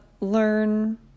learn